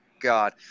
God